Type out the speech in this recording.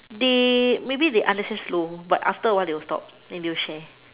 they maybe they understand slow but after a while they will stop then they will share